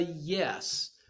yes